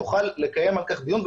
נוכל לקיים על כך דיון,